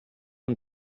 amb